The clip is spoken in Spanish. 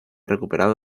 recuperado